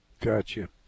Gotcha